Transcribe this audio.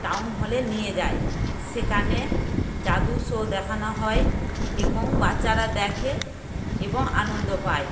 town হলে নিয়ে যায় সেখানে জাদু শো দেখানো হয় এবং বাচ্চারা দেখে এবং আনন্দ পায়